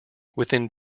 within